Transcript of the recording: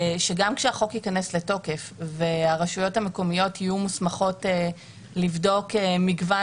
שגם כשהחוק ייכנס לתוקף והרשויות המקומיות יהיו מוסמכות לבדוק מגוון